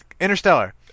Interstellar